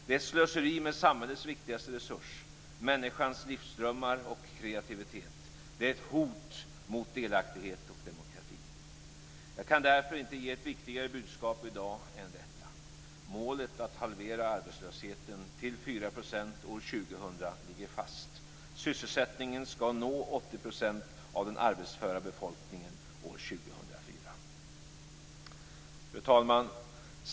Det är slöseri med samhällets viktigaste resurs - människans livsdrömmar och kreativitet. Det är ett hot mot delaktighet och demokrati. Jag kan därför inte ge ett viktigare budskap i dag än detta: Målet att halvera arbetslösheten till 4 % år 2000 ligger fast. Sysselsättningen skall nå 80 % av den arbetsföra befolkningen år 2004. Fru talman!